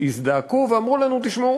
הזדעקו ואמרו לנו: תשמעו,